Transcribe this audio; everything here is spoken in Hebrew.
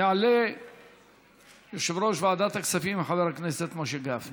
יעלה יושב-ראש ועדת הכספים חבר הכנסת משה גפני.